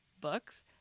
books